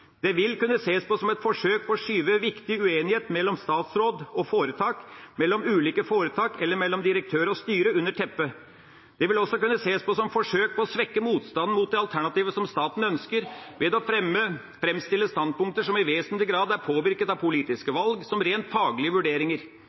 Det vil kunne ses på som et forsøk på å skyve viktig uenighet mellom statsråd og foretak, mellom ulike foretak eller mellom direktør og styre under teppet. Det vil også kunne ses på som forsøk på å svekke motstanden mot det alternativet som staten ønsker ved å framstille standpunkter som i vesentlig grad er påvirket av politiske valg, som rent faglige vurderinger.